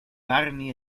barney